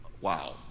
wow